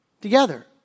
together